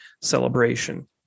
celebration